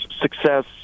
success